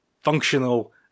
Functional